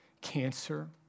cancer